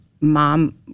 Mom